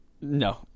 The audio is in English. no